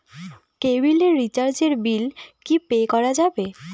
কেবিলের রিচার্জের বিল কি পে করা যাবে?